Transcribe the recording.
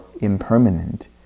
impermanent